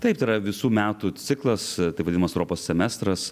taip tai yra visų metų ciklas taip vadinamas europos semestras